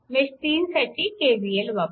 mesh 3 साठी KVL वापरा